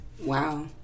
Wow